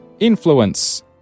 Influence